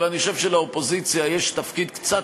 אבל אני חושב שלאופוזיציה יש תפקיד קצת